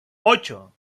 ocho